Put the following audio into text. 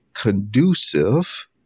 conducive